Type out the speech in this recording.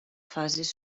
fases